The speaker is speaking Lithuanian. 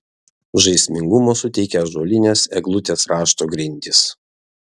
žaismingumo suteikia ąžuolinės eglutės rašto grindys